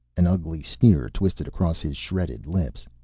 an ugly sneer twisted across his shredded lips.